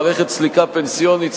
מערכת סליקה פנסיונית,